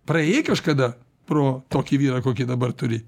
praėjai kažkada pro tokį vyrą kokį dabar turi